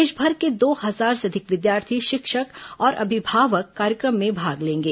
देशभर के दो हजार से अधिक विद्यार्थी शिक्षक और अभिभावक कार्यक्रम में भाग लेंगे